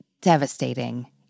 devastating